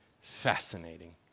Fascinating